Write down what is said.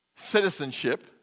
citizenship